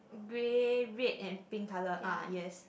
grey red and pink colour ah yes